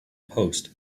post